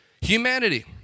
Humanity